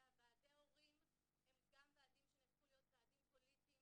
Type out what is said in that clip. וועדי ההורים הם גם ועדים שנהפכו להיות ועדים פוליטיים